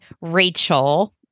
Rachel